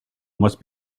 must